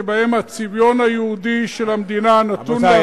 שבהם הצביון היהודי של המדינה נתון להתקפות גוברות,